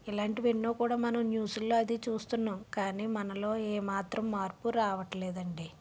ఇలాంటివి ఎన్నో కూడా మనం న్యూసుల్లో అది చూస్తున్నాం కానీ మనలో ఏ మాత్రం మార్పు రావట్లేదండి